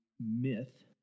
myth